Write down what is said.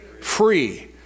Free